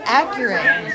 accurate